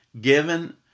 given